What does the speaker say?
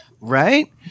right